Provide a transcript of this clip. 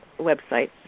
websites